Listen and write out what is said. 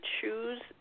choose